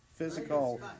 physical